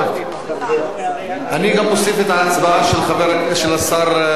אני גם מוסיף את ההצבעה של השר נהרי.